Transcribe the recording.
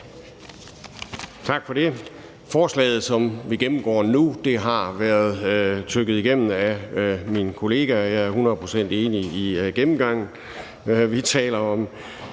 Tak for det. Forslaget, som vi gennemgår nu, har været tygget igennem af min kollega, og jeg er hundrede procent enig i gennemgangen. Vi taler om,